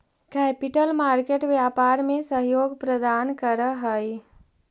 capital market व्यापार में सहयोग प्रदान करऽ हई